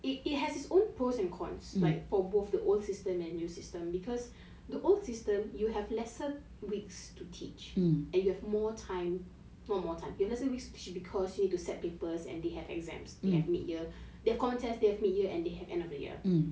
it it has its own pros and cons like for both the old system and new system because the old system you have lesser weeks to teach and you have more time not more time you let's say we should because you need to set papers and they have exams you have mid year their contents they have mid year and they have end of the year